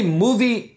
movie